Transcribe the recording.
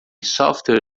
software